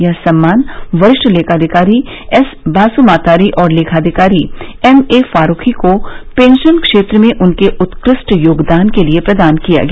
यह सम्मान वरिष्ठ लेखाधिकारी एस बासुमातारी और लेखाधिकारी एमए फारूखी को पेंशन क्षेत्र में उनके उत्कृष्ट योगदान के लिये प्रदान किया गया